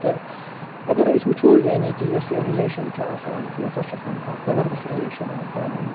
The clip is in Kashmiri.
تہٕ اگر أسۍ وُچھو یعنی کہِ یوٚس یہِ رِلیشَن چھِ آسان یہِ ہَسا چھِ آسان اَکھ زبردست رِلیشَن یِمَن پانہٕ وٲنۍ